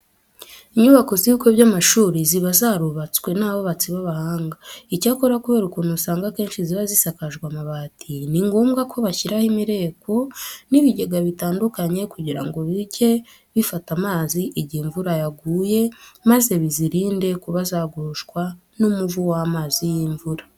Inyubako z'ibigo by'amashuri ziba zarubatswe n'abubatsi b'abahanga. Icyakora kubera ukuntu usanga akenshi ziba zisakajwe amabati, ni ngombwa ko bashyiraho imireko n'ibigega bitandukanye kugira ngo bijye bifata amazi igihe imvura yaguye maze bizirinde kuba zagushwa n'umuvu w'amazi y'imvura.